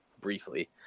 briefly